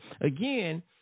again